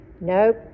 nope